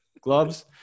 gloves